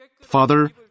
Father